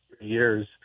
years